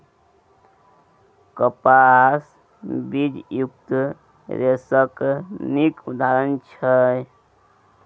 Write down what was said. कपास बीजयुक्त रेशाक नीक उदाहरण छै